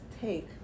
take